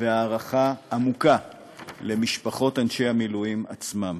והערכה עמוקה למשפחות אנשי המילואים עצמם,